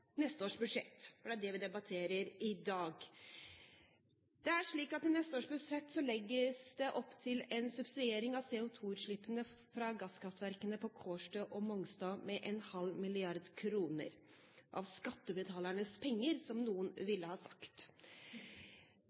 neste års budsjett, for det er det vi debatterer i dag. I neste års budsjett legges det opp til en subsidiering av CO2-utslippene fra gasskraftverkene på Kårstø og Mongstad med 500 mill. kr – av skattebetalernes penger, som noen ville ha sagt.